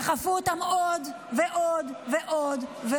דחפו אותם עוד ועוד ועוד.